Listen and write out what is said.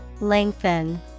Lengthen